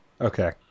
Okay